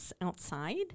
outside